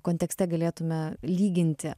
kontekste galėtume lyginti